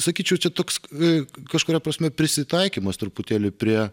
sakyčiau čia toks kažkuria prasme prisitaikymas truputėlį prie